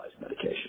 medication